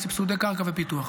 לסבסודי קרקע ופיתוח.